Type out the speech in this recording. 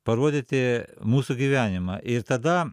parodyti mūsų gyvenimą ir tada